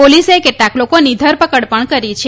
પોલીસે કેટલાક લોકોની ધરપકડ પણ કરી હતી